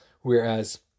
Whereas